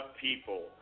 people